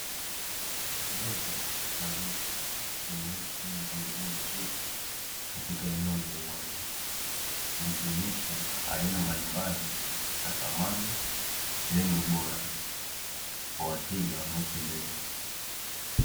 Meza na viti vimewekwa kwenye mpangilio mzuri katika eneo lenye uwazi vikionyesha aina mbalimbali za samani zenye ubora kwa wateja wanaotembelea.